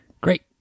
Great